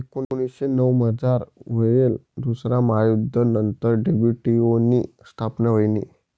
एकोनीसशे नऊमझार व्हयेल दुसरा महायुध्द नंतर डब्ल्यू.टी.ओ नी स्थापना व्हयनी